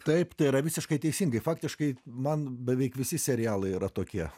taip tai yra visiškai teisingai faktiškai man beveik visi serialai yra tokie